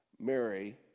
Mary